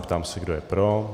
Ptám se, kdo je pro.